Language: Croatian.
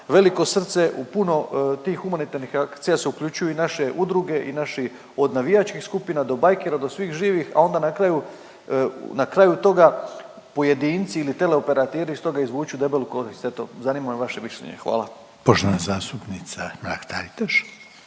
veliko srce, u puno tih humanitarnih akcija se uključuju i naše udruge i naši, od navijačkih skupina do bajkera, do svih živih, a onda na kraju, na kraju toga pojedinci ili teleoperateri iz toga izvuču debelu korist, eto zanima me vaše mišljenje, hvala. **Reiner, Željko